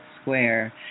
Square